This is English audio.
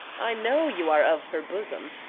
i know you are of her bosom.